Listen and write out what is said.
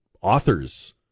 authors